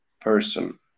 person